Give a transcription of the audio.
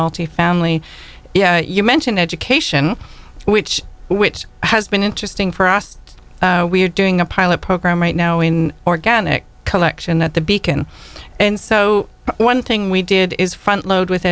multifamily yeah you mentioned education which which has been interesting for us we're doing a pilot program right now in organic collection at the beacon and so one thing we did is front load with